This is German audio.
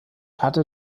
hatte